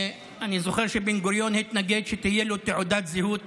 אני זוכר שבן-גוריון התנגד שתהיה לו תעודת זהות